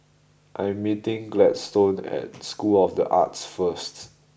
I am meeting Gladstone at School of The Arts first